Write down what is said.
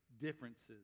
differences